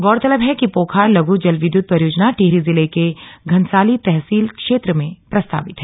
गौरतलब है कि पोखार लघु जल विद्युत परियोजना टिहरी जिले के घनसाली तहसील क्षेत्र में प्रस्तावित है